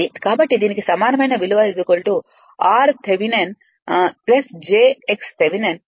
కాబట్టి దీనికి సమానమైన విలువ r Thevenin j x Thevenin